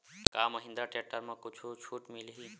का महिंद्रा टेक्टर म कुछु छुट मिलही?